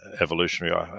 evolutionary